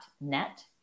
net